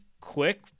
quick